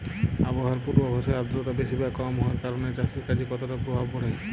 আবহাওয়ার পূর্বাভাসে আর্দ্রতা বেশি বা কম হওয়ার কারণে চাষের কাজে কতটা প্রভাব পড়ে?